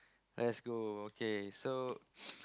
let's go okay so